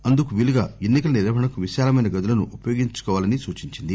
అందుకు వీలుగా ఎన్నికల నిర్వహణకు విశాలమైన గదులను ఉపయోగించుకోవాలని సూచించింది